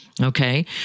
okay